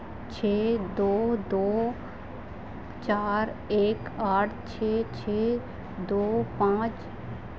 छः दो दो चार एक आठ छः छः दो पाँच